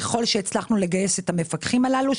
ככל שהצלחנו לגייס את המפקחים הללו,